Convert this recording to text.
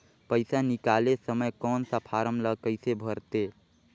पइसा निकाले समय कौन सा फारम ला कइसे भरते?